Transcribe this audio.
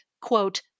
quote